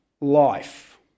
life